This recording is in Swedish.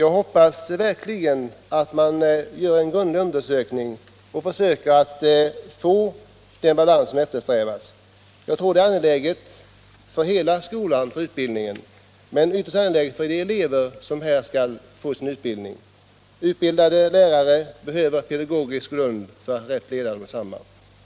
Jag hoppas verkligen att man gör en grundlig undersökning och försöker att få den balans som eftersträvas. Det är angeläget för skolan och för utbildningsverksamheten i dess helhet. Det är dock särskilt viktigt för elever som skall få sin utbildning i dessa ämnen. Utbildade lärare behöver en pedagogisk grund att stå på för att rätt kunna leda undervisningen.